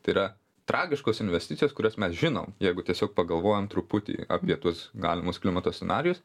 tai yra tragiškos investicijos kurias mes žinom jeigu tiesiog pagalvojam truputį apie tuos galimus klimato scenarijus